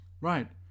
Right